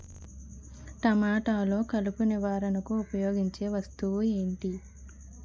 టమాటాలో కలుపు నివారణకు ఉపయోగించే వస్తువు ఏంటి?